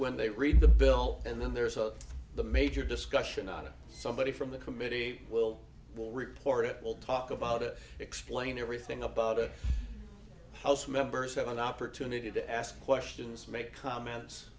when they read the bill and then there's all the major discussion on it somebody from the committee will will report it will talk about it explain everything about it house members have an opportunity to ask questions make comments